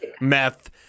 meth